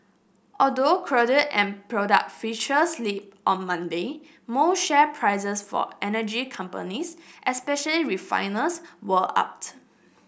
although crude and product futures slipped on Monday most share prices for energy companies especially refiners were up